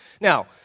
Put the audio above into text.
Now